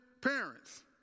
parents